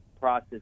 process